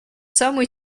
самую